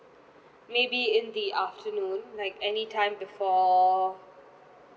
maybe in the afternoon like anytime before